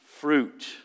fruit